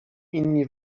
inni